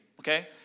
okay